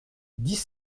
dix